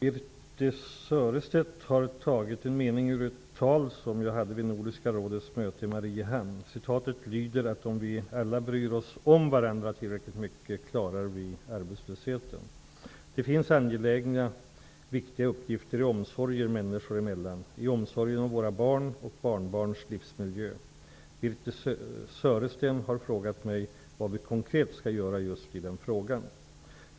Fru talman! Birthe Sörestedt har tagit en mening ur ett tal som jag höll vid Nordiska rådets möte i Mariehamn. Citatet lyder: Om vi alla bryr oss om varandra tillräckligt mycket, klarar vi arbetslösheten. Det finns angelägna, viktiga uppgifter i omsorgen människor emellan, i omsorgen om våra barn och barnbarns livsmiljö. Birthe Sörestedt har frågat mig vad vi konkret skall göra just nu i den frågan.